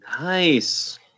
Nice